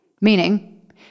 meaning